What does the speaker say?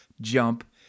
jump